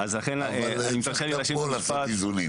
אבל יש גם את השלב של אחר כך.